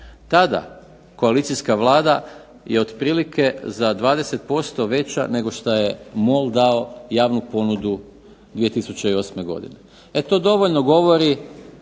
tada koalicijska vlada je otprilike za 20% veća nego što je MOL dao javnu ponudu 2008. godine. E to dovoljno govori